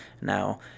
Now